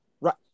Right